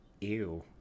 ew